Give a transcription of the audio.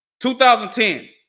2010